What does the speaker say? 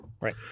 Right